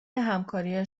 همکاری